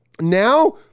Now